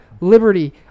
liberty